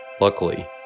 Luckily